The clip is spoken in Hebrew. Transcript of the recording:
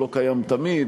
הוא לא קיים תמיד,